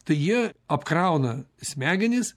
tai jie apkrauna smegenis